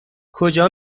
کجا